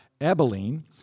Abilene